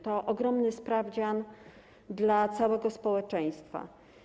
To ogromny sprawdzian dla całego społeczeństwa.